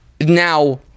now